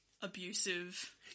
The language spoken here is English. abusive